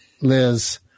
Liz